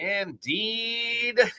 Indeed